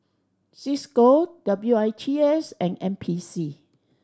Cisco W I T S and N P C